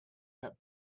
that